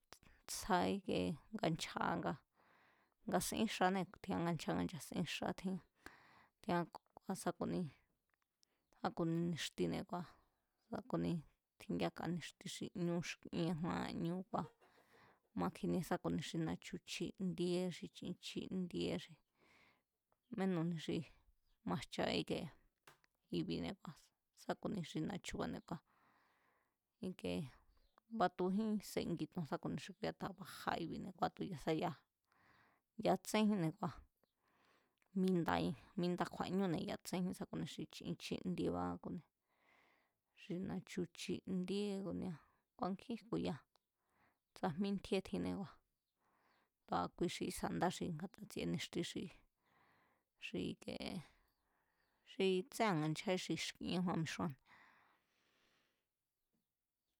Tsjaa ikie nganchjá nga si̱ín xanée̱ ncha nganchja ngá nchasín xá tjian, tjián sákuni, sa ku̱ni ni̱xtine̱ kua̱ sáku̱ni tjin yaka ni̱xti xi ñú xkíen kjúán kua̱ ma kjinie sá ku̱ni xi na̱chu̱ chindíe xi chin chíndíe xi menúi̱ni xi majcha íkie i̱bi̱ne̱ sá ku̱ni xi na̱chu̱ba̱ kua̱ i̱ke batujín sengi to̱n sá ku̱ni xi kui a̱ta bajá i̱bi̱ne̱ ku̱a tu̱ya̱sa ya̱a, ya̱a tsenjínne̱ kua̱ mindai̱, minda kju̱a̱ñúne̱ ya̱a tséjín sá ku̱ni xi chín chíndieba xi na̱chu̱ chindíé nkjín jku̱ya tsajmí ntjíe tjinée̱ kua̱ kui xi kísa̱ ndá xi nga̱ta sti̱e̱ ni̱xti xi, xi ikiee xi tséa̱n nganchjájín xi xkíén kjúán mixúán.